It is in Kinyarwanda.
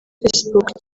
facebook